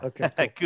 Okay